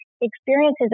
experiences